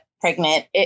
pregnant